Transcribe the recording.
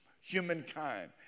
humankind